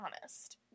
honest